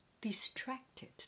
distracted